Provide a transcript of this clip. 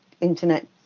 internet